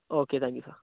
okay thank you sir